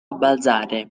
balzare